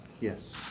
Yes